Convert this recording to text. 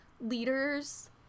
leaders